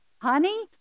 Honey